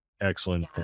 excellent